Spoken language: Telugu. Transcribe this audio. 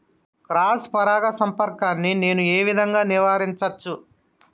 క్రాస్ పరాగ సంపర్కాన్ని నేను ఏ విధంగా నివారించచ్చు?